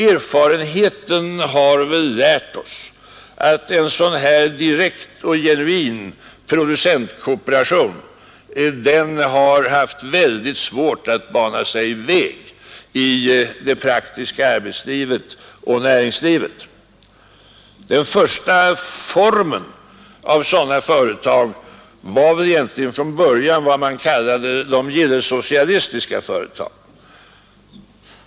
Erfarenheten har väl dock lärt oss att en sådan direkt och genuin producentkooperation har haft mycket svårt att bana sig väg i det praktiska arbetslivet och i näringslivet. Den första formen för sådana företag var vad som från början kallades de gillesocialistiska företagen.